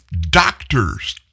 doctors